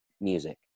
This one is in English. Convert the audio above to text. music